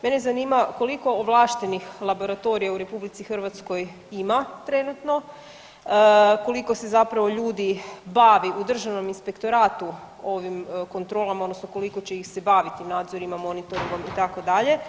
Mene zanima koliko ovlaštenih laboratorija u RH ima trenutno, koliko se zapravo ljudi bavi u državnom inspektoratu ovim kontrolama odnosno koliko će ih se baviti nadzorima, monitoringom itd.